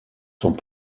sont